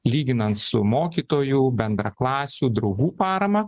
lyginant su mokytojų bendraklasių draugų parama